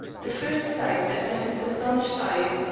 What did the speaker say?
the first sight that met his astonished eyes,